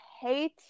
hate